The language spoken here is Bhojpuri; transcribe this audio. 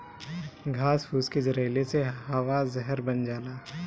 घास फूस के जरइले से हवा जहर बन जाला